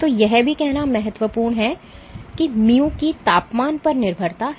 तो यह भी कहना महत्वपूर्ण है कि mu की तापमान पर निर्भरता है